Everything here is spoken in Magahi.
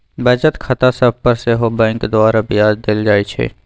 बचत खता सभ पर सेहो बैंक द्वारा ब्याज देल जाइ छइ